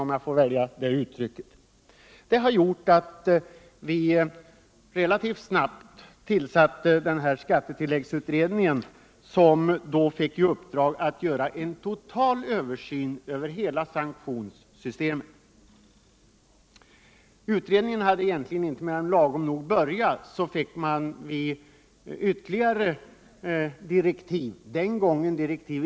Detta gjorde att vi relativt snart tillsatte skattetilläiggsutredningen, som fick i uppdrag att göra en total översyn av hela sanktionssystemet. Utredningen hade inte mer än börjat förrän vi fick vuerligare direktiv.